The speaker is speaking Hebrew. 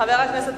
חברי חברי הכנסת,